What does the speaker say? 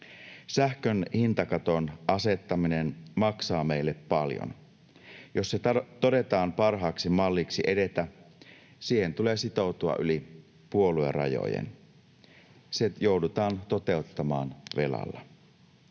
Sähkön hintakaton asettaminen maksaa meille paljon. Jos se todetaan parhaaksi malliksi edetä, siihen tulee sitoutua yli puoluerajojen. Se joudutaan toteuttamaan velalla.